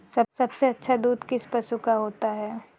सबसे अच्छा दूध किस पशु का होता है?